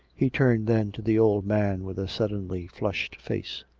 he turned then to the old man with a suddenly flushed face.